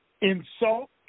insult